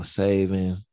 saving